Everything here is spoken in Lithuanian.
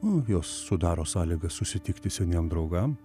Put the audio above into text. nu jos sudaro sąlygas susitikti seniem draugam